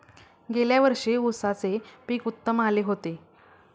गेल्या वर्षी उसाचे पीक उत्तम आले होते